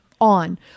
on